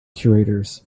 curators